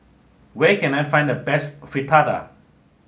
where can I find the best Fritada